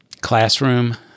classroom